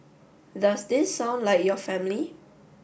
does this sound like your family